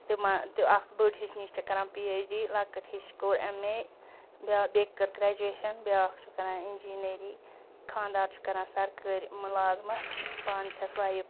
تِما تہِ اکھ بٔڑ ہِٚچھ نِچ چھِ کران پی اٮ۪چ ڈی لَکٕٹۍ ہِیٚچھ کوٚر ایٚم اے بیاکھ بیٚکۍ کٔر گریجویشَن بیٛاکھ چھِ کران اِنجیٖنٔری خانٛدار چھُ کران سرکٲرۍ مُلازمَت پانہٕ چھَس وایِف